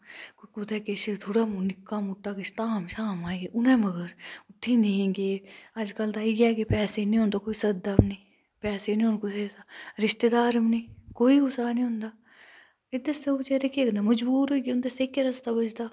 कुतै किश थोह्ड़ा निक्का मुट्टा धाम शाम आई उनें मगर उत्थें नेईं गे अजकल तां इयै कि पैसे नी होन तां कोई सददा बी नेईं पैसे नी होन कुसै श तां रिशतेदार बी नी कोई कुसा नी होंदा एह्दे आस्सै ओह् बचैरे केह् करना मजबूर होइयै उन्दै आस्तै इक्कै रस्ता बचदा